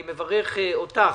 אני מברך אותך